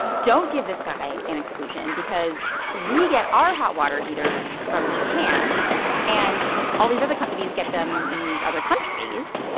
don't give this guy an exclusion because we get our hot water heaters from japan and all these other companies get them in these other countries,